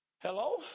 Hello